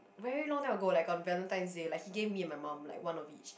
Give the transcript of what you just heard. very long time ago like on Valentines Day like he gave me and my mum like one of each